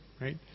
right